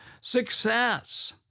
success